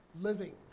living